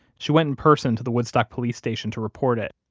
she went in person to the woodstock police station to report it.